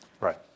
Right